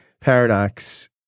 paradox